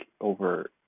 over